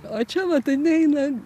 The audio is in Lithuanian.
o čia va tai neina